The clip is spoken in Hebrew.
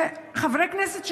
חברי כנסת,